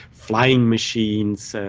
flying machines,